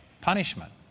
punishment